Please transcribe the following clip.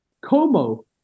Como